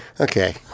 Okay